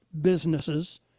businesses